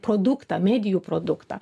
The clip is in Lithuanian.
produktą medijų produktą